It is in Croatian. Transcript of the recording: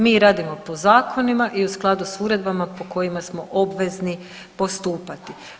Mi radimo po zakonima i u skladu s uredbama po kojima smo obvezni postupati.